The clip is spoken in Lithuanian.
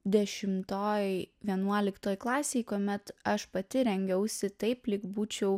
dešimtoj vienuoliktoj klasėj kuomet aš pati rengiausi taip lyg būčiau